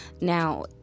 Now